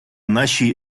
нашій